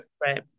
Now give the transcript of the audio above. Right